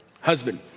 husband